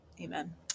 Amen